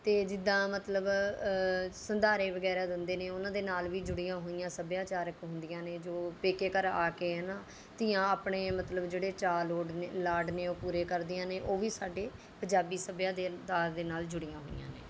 ਅਤੇ ਜਿੱਦਾਂ ਮਤਲਬ ਸੰਧਾਰੇ ਵਗੈਰਾ ਦਿੰਦੇ ਨੇ ਉਹਨਾਂ ਦੇ ਨਾਲ ਵੀ ਜੁੜੀਆਂ ਹੋਈਆਂ ਸੱਭਿਆਚਾਰਕ ਹੁੰਦੀਆਂ ਨੇ ਜੋ ਪੇਕੇ ਘਰ ਆ ਕੇ ਹੈ ਨਾ ਧੀਆਂ ਆਪਣੇ ਮਤਲਬ ਜਿਹੜੇ ਚਾਅ ਲੋੜ ਨੇ ਲਾਡ ਨੇ ਉਹ ਪੂਰੇ ਕਰਦੀਆਂ ਨੇ ਉਹ ਵੀ ਸਾਡੇ ਪੰਜਾਬੀ ਸੱਭਿਆ ਦੇ ਦਾਰ ਦੇ ਨਾਲ ਜੁੜੀਆਂ ਹੋਈਆਂ ਨੇ